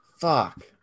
Fuck